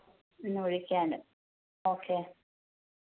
പിന്നൊഴിക്കാന് okay